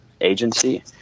agency